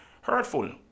hurtful